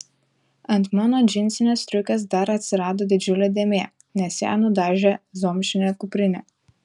ant mano džinsinės striukės dar atsirado didžiulė dėmė nes ją nudažė zomšinė kuprinė